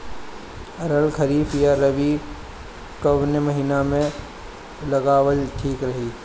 अरहर खरीफ या रबी कवने महीना में लगावल ठीक रही?